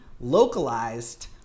localized